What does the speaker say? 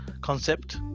concept